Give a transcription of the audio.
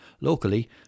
Locally